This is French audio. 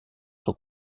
sont